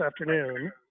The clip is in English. afternoon